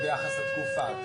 ביחס לתקופה.